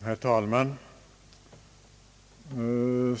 Herr talman!